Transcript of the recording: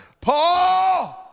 Paul